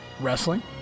wrestling